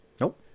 Nope